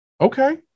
okay